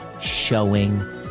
showing